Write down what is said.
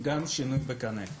וגם שינוי בקנה.